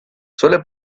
suele